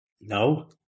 No